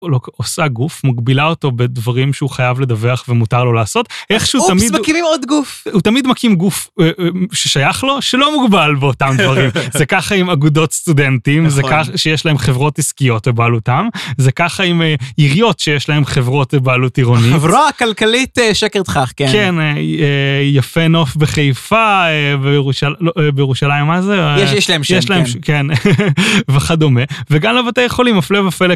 עושה גוף, מגבילה אותו בדברים שהוא חייב לדווח ומותר לו לעשות. איכשהו תמיד... אופס, מקימים עוד גוף. הוא תמיד מקים גוף ששייך לו, שלא מוגבל באותם דברים. זה ככה עם אגודות סטודנטים, שיש להם חברות עסקיות בבעלותם. זה ככה עם עיריות שיש להם חברות בבעלות עירונית. החברה הכלכלית, שקר תכך, כן. כן, יפה נוף בחיפה בירושלים, מה זה? יש להם שם, כן. כן, וכדומה. וגם לבתי חולים הפלא ופלא.